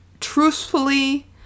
truthfully